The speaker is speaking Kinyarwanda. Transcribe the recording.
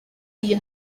iyi